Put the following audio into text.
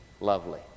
lovely